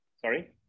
Sorry